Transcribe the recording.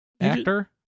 Actor